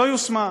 לא יושמה.